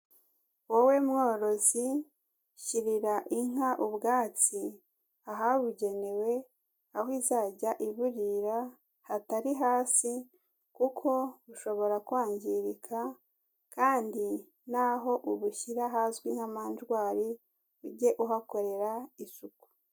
Wowe mworozi shyirira inka ubwatsi ahabugenewe, aho izajya iburira hatari hasi kuko bushobora kwangirika kandi naho ubushyira hazwi nk'amanjwari uge uhakorera isuku.